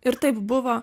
ir taip buvo